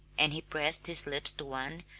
and he pressed his lips to one,